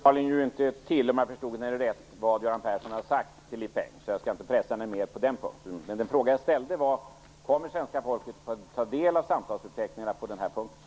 Fru talman! Utrikesministern känner uppenbarligen inte till, om jag förstod henne rätt, vad Göran Persson har sagt till Li Peng, så jag skall inte pressa henne mer på den punkten. Den fråga jag ställde var: Kommer svenska folket att få ta del av samtalsuppteckningarna på den här punkten?